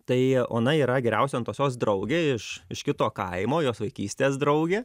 tai ona yra geriausia antosios draugė iš iš kito kaimo jos vaikystės draugė